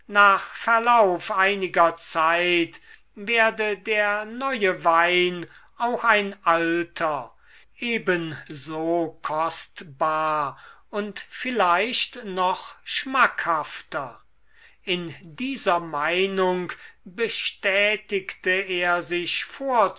nach verlauf einiger zeit werde der neue wein auch ein alter ebenso kostbar und vielleicht noch schmackhafter in dieser meinung bestätigte er sich